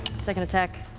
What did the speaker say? second attack.